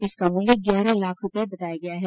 इसका मूल्य ग्यारह लाख रूपये बताया गया है